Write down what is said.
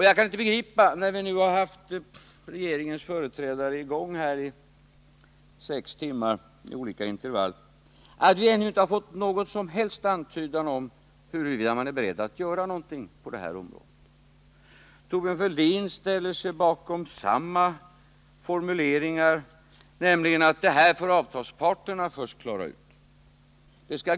Jag kan inte begripa att vi, sedan regeringens företrädare varit i gång här i sex timmar med olika intervall, ännu inte har fått någon som helst antydan om huruvida regeringen är beredd att göra någonting på det här området. Thorbjörn Fälldin ställer sig bakom samma formuleringar som de övriga regeringsföreträdarna använder, nämligen att det här får avtalsparterna först klara ut.